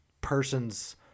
person's